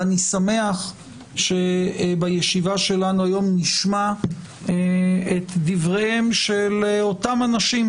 אני שמח שבישיבה שלנו היום נשמע את דבריהם של אותם אנשים,